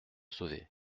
sauver